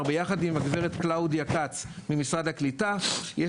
ביחד עם הגברת קלאודיה כץ ממשרד הקליטה.